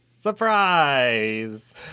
surprise